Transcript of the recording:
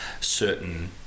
certain